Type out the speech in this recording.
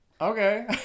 okay